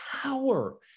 power